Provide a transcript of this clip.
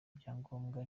ibyangombwa